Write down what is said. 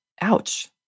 Ouch